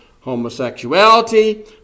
homosexuality